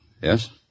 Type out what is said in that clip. Yes